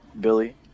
Billy